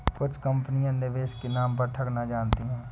कुछ कंपनियां निवेश के नाम पर ठगना जानती हैं